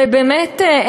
ובאמת,